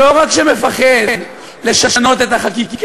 שלא רק שאינו מפחד לשנות את החקיקה,